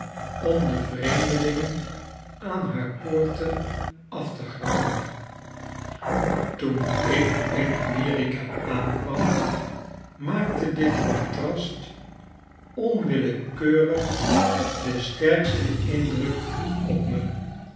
om de vreemdelingen aan haar poorten af te grauwen toen ik in amerika aankwam maakte dit contrast onwillekeurig den sterksten indruk op me